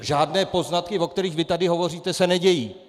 Žádné poznatky, o kterých tady hovoříte, se nedějí!